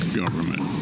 government